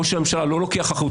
ראש הממשלה לא לוקח אחריות.